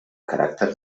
caràcter